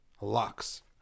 Locks